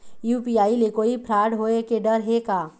UPI ले कोई fraud होए के डर हे का?